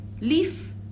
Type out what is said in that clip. leaf